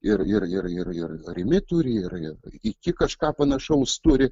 ir ir ir ir ir rimi turi ir ir iki kažką panašaus turi